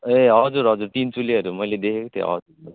ए हजुर हजुर तिनचुलीहरू मैले देखेको थिएँ हजुर